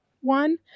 One